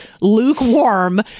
lukewarm